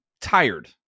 tired